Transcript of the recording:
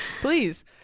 Please